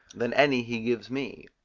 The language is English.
than any he gives me.